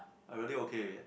I really okay eh